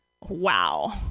wow